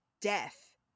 death